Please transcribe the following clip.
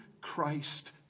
Christ